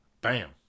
Bam